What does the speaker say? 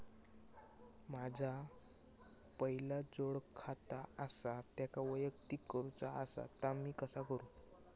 माझा पहिला जोडखाता आसा त्याका वैयक्तिक करूचा असा ता मी कसा करू?